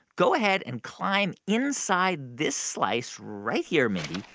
go ahead and climb inside this slice right here, mindy.